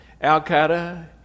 al-Qaeda